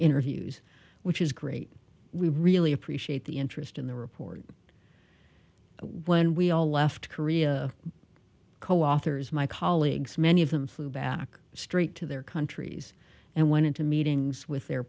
interviews which is great we really appreciate the interest in the report when we all left korea coauthors my colleagues many of them flew back straight to their countries and went into meetings with their